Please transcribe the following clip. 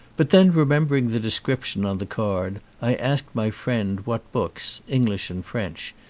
but then, remembering the description on the card, i asked my friend what books, english and french,